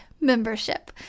Membership